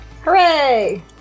Hooray